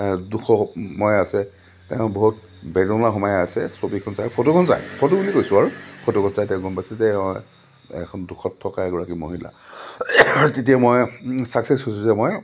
দুখময় আছে তেওঁ বহুত বেদনা সোমাই আছে ছবিখন চাই ফটোখন যায় ফটো বুলি কৈছোঁ আৰু ফটোখন চাই তেওঁ গম পাইছে যে এখন দুখত থকা এগৰাকী মহিলা তেতিয়া মই চাকচেছ হৈছোঁ যে মই